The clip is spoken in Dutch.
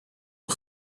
een